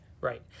right